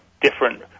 different